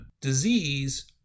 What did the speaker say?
disease